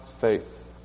faith